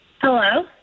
Hello